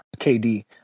KD